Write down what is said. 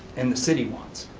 and the city wants.